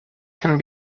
can